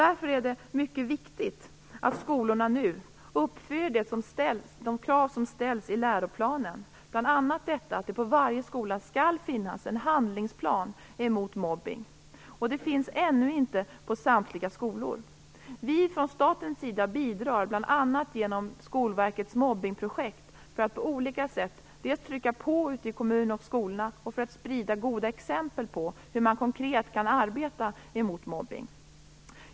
Därför är det mycket viktigt att skolorna nu uppfyller de krav som ställs i läroplanen, bl.a. detta att det på varje skola skall finnas en handlingsplan emot mobbning. Det finns ännu inte på samtliga skolor. Staten bidrar bl.a. genom Skolverkets mobbningsprojekt för att på olika sätt trycka på ute i kommunerna och på skolorna och för att sprida goda exempel på hur man konkret kan arbeta emot mobbning.